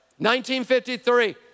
1953